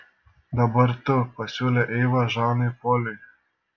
dabar tu pasiūlė eiva žanui poliui